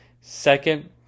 Second